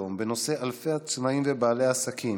לסדר-היום בנושא: אלפי עצמאים ובעלי עסקים